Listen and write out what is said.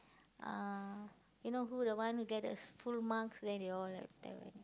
uh you know who the one who get the full marks then they all like tell